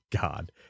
God